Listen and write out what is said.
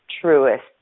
truest